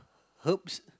herbs